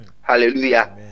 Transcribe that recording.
Hallelujah